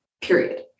period